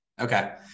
Okay